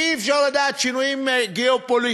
כי אי-אפשר לדעת שינויים גיאו-פוליטיים.